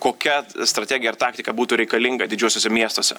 kokia strategija ir taktika būtų reikalinga didžiuosiuose miestuose